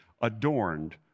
adorned